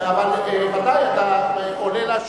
ודאי, אתה עולה להשיב.